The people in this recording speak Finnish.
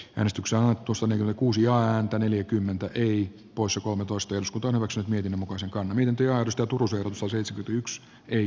henstuksella tus on yli kuusi ääntä neljäkymmentä eli pois omituista jos kotona maksut niiden mukaan se on minun työ totuus on se nytkytyks ei